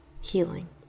healing